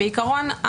בעיקרון,